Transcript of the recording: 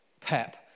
Pep